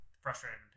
frustrated